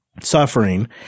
suffering